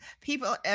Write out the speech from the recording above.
people